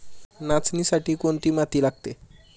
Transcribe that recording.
नाचणीसाठी कोणती माती लागते?